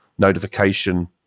notification